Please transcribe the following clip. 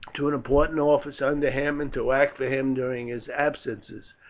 to an important office under him, and to act for him during his absences,